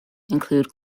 include